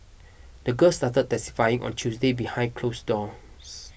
the girl started testifying on Tuesday behind closed doors